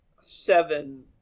seven